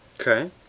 Okay